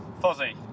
Fuzzy